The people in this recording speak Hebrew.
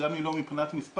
גם אם לא מבחינת מספר,